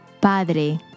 Padre